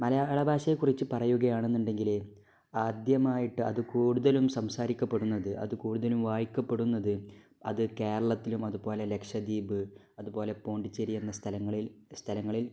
മലയാളഭാഷയെക്കുറിച്ച് പറയുകയാണെന്നുണ്ടെങ്കില് ആദ്യമായിട്ട് അത് കൂടുതലും സംസാരിക്കപ്പെടുന്നത് അത് കൂടുതലും വായിക്കപ്പെടുന്നത് അത് കേരളത്തിലും അതുപോലെ ലക്ഷദ്വീപ് അതുപോലെ പോണ്ടിച്ചേരി എന്നീ സ്ഥലങ്ങളിൽ സ്ഥലങ്ങളിൽ